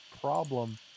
problem